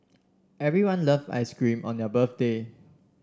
everyone love ice cream on their birthday